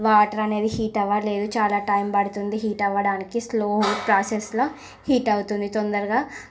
water అనేది heat అవ్వలేదు చాలా టైం పడుతుంది హీట్ అవ్వడానికి స్లో ప్రాసెస్లా హీట్ అవ్వుతుంది తొందరగా